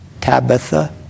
Tabitha